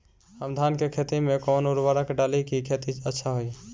हम धान के खेत में कवन उर्वरक डाली कि खेती अच्छा होई?